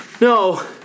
No